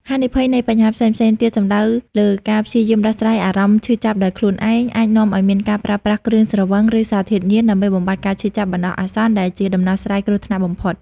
ហានិភ័យនៃបញ្ហាផ្សេងៗទៀត សំដៅលើការព្យាយាមដោះស្រាយអារម្មណ៍ឈឺចាប់ដោយខ្លួនឯង អាចនាំឱ្យមានការប្រើប្រាស់គ្រឿងស្រវឹង ឬសារធាតុញៀន ដើម្បីបំបាត់ការឈឺចាប់បណ្តោះអាសន្ន ដែលជាដំណោះស្រាយគ្រោះថ្នាក់ បំផុត។